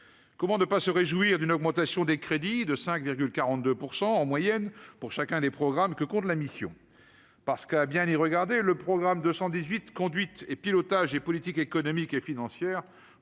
comment ne pas se réjouir d'une augmentation des crédits de 5,42 pour 100 en moyenne pour chacun des programmes que compte la mission parce qu'à bien y regarder, le programme 218 conduite et pilotage et politique, économique et financière